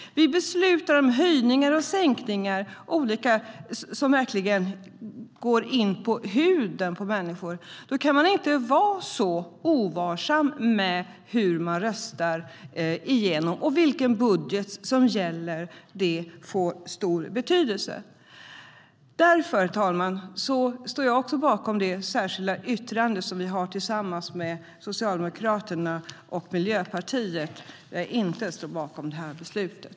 Vi beslutar om höjningar och sänkningar som kan gå under huden på människor. Då kan man inte vara ovarsam med hur man röster, och det får stor betydelse vilken budget som gäller. Herr talman! Därför står jag bakom det särskilda yttrande som vi har tillsammans med Socialdemokraterna och Miljöpartiet. Jag står inte bakom det här beslutet.